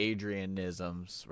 Adrianisms